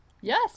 Yes